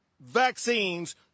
vaccines